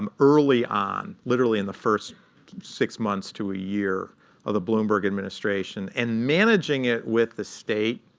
um early on, literally in the first six months to a year of the bloomberg administration. and managing it with the state,